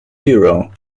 biro